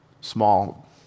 small